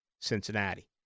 Cincinnati